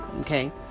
okay